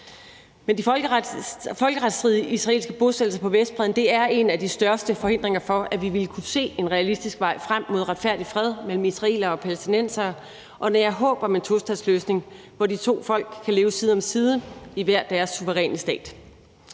Men de folkeretsstridige israelske bosættelser på Vestbredden er en af de største forhindringer for, at vi vil kunne se en realistisk vej frem mod retfærdig fred mellem israelere og palæstinensere og vi kan nære håb om en tostatsløsning, hvor de to folk kan leve side om side i hver deres suveræne stat.